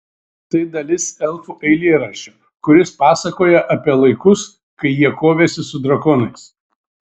tai dalis elfų eilėraščio kuris pasakoja apie laikus kai jie kovėsi su drakonais